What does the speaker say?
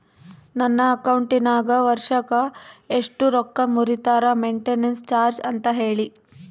ನನ್ನ ಅಕೌಂಟಿನಾಗ ವರ್ಷಕ್ಕ ಎಷ್ಟು ರೊಕ್ಕ ಮುರಿತಾರ ಮೆಂಟೇನೆನ್ಸ್ ಚಾರ್ಜ್ ಅಂತ ಹೇಳಿ?